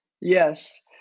Yes